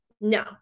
No